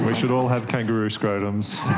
ah should all have kangaroo scrotums.